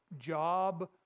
Job